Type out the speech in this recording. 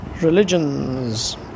religions